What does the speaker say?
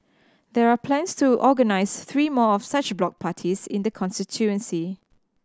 there are plans to organise three more of such block parties in the constituency